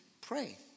pray